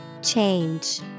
Change